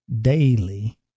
daily